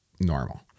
normal